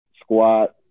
squat